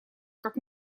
как